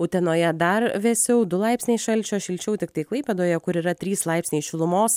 utenoje dar vėsiau du laipsniai šalčio šilčiau tiktai klaipėdoje kur yra trys laipsniai šilumos